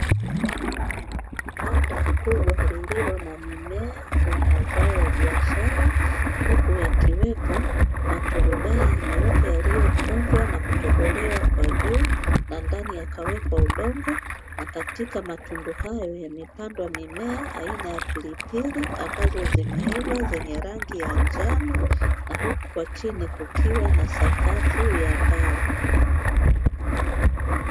Banda kubwa lililo na mimea ya mazao ya biashara huku yakiwepo maturubai meupe yaliyokunjwa na kutobolewa kwa juu na ndani yakawekwa udongo, na katika matundu hayo yamepandwa mimea aina ya pilipili ambazo zimeiva zenye rangi ya njano na huku kwa chini kukiwa na sakafu ya mbao.